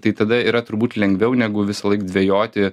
tai tada yra turbūt lengviau negu visąlaik dvejoti